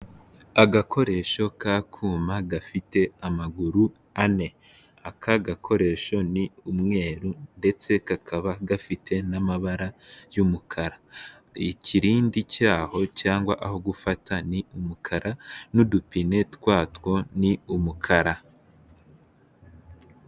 Agakoresho k'akuma gafite amaguru ane, aka gakoresho ni umweru ndetse kakaba gafite n'amabara y'umukara, ikirindi cyaho cyangwa aho gufata ni umukara n'udupine twatwo ni umukara.